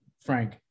frank